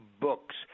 books